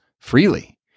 freely